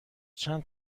چند